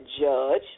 judge